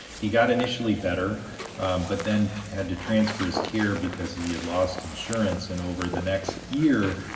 he got initially better but then had to transfer his care because he had lost insurance and over the next year